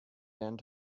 end